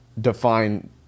define